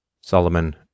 Solomon